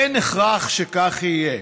אין הכרח שכך יהיה.